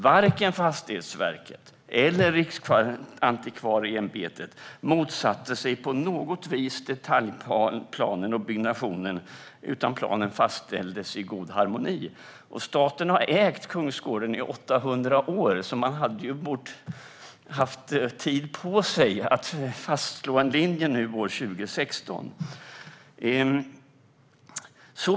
Varken Fastighetsverket eller Riksantikvarieämbetet motsatte sig på något vis detaljplanen eller byggnationen, utan planen fastställdes i god harmoni. Staten har ägt kungsgården i 800 år, så den har haft tid på sig att fastslå en linje till 2016.